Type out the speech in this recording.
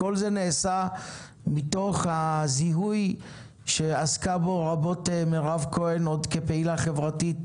כל זה נעשה מתוך הזיהוי שעסקה בו רבות מירב כהן עוד כפעילה חברתית,